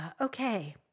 Okay